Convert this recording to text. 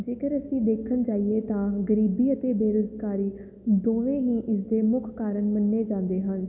ਜੇਕਰ ਅਸੀਂ ਦੇਖਣ ਜਾਈਏ ਤਾਂ ਗਰੀਬੀ ਅਤੇ ਬੇਰੁਜ਼ਗਾਰੀ ਦੋਵੇਂ ਹੀ ਇਸਦੇ ਮੁੱਖ ਕਾਰਨ ਮੰਨੇ ਜਾਂਦੇ ਹਨ